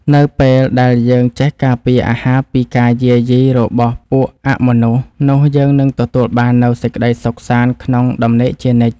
នៅពេលដែលយើងចេះការពារអាហារពីការយាយីរបស់ពួកអមនុស្សនោះយើងនឹងទទួលបាននូវសេចក្តីសុខសាន្តក្នុងដំណេកជានិច្ច។